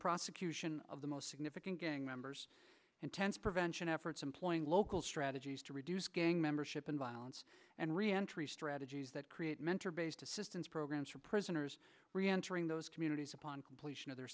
prosecution of the most significant gang members intense prevention efforts employing local strategies to reduce gang membership in violence and reentry strategies that create mentor based assistance programs for prisoners reentering those communities upon completion of their